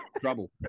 trouble